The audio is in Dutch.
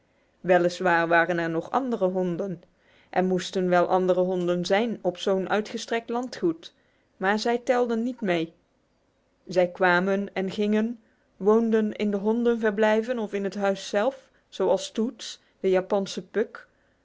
waar waren er nog andere honden er moesten wel andere honden zijn op zo'n uitgestrekt landgoed maar zij telden niet mee zij kwamen en gingen woonden in de hondenverblijven of in het huis zelf zoals toots de japanse puck